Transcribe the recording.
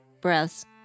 breaths